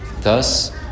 Thus